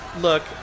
look